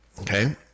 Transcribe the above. Okay